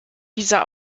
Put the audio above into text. dieser